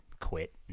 quit